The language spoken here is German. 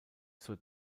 zur